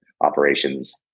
operations